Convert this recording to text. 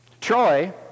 Troy